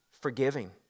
forgiving